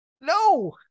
No